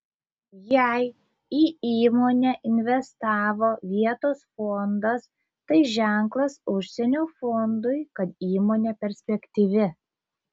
jei į įmonę investavo vietos fondas tai ženklas užsienio fondui kad įmonė perspektyvi